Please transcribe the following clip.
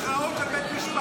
יש אחד, אחד שהורשע.